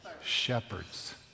Shepherds